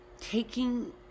taking